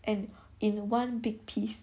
and in one big piece